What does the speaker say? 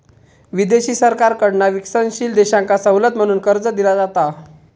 विदेशी सरकारकडना विकसनशील देशांका सवलत म्हणून कर्ज दिला जाता